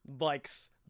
likes